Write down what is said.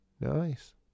Nice